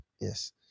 yes